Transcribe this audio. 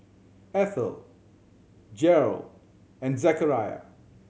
Eathel Gearld and Zechariah